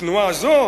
תנועה זו